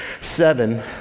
seven